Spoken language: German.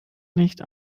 nicht